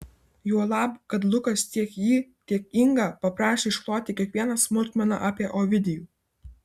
juolab kad lukas tiek jį tiek ingą paprašė iškloti kiekvieną smulkmeną apie ovidijų